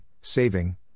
saving